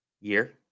year